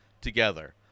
together